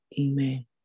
amen